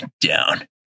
down